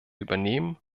übernehmen